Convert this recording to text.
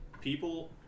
people